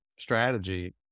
strategy